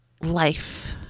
life